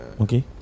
Okay